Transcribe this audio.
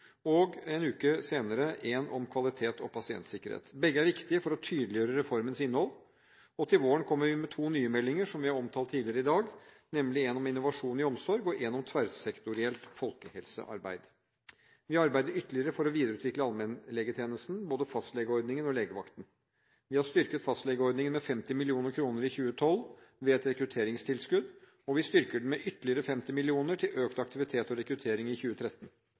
og en uke senere en om kvalitet og pasientsikkerhet. Begge er viktige for å tydeliggjøre reformens innhold. Til våren kommer vi med to nye meldinger som vi har omtalt tidligere i dag, nemlig en om innovasjon i omsorg og en om tverrsektorielt folkehelsearbeid. Vi arbeider ytterligere for å videreutvikle allmennlegetjenesten – både fastlegeordningen og legevakten. Vi har styrket fastlegeordningen med 50 mill. kr i 2012 ved et rekrutteringstilskudd, og vi styrker den med ytterligere 50 mill. kr til økt aktivitet og rekruttering i 2013.